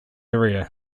area